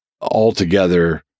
altogether